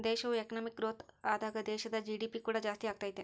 ದೇಶವು economic growth ಆದಾಗ ದೇಶದ ಜಿ.ಡಿ.ಪಿ ಕೂಡ ಜಾಸ್ತಿಯಾಗತೈತೆ